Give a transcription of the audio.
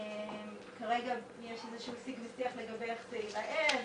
כלומר כן לקחנו יותר זמן לתת לאנשים הזדמנות לשלם,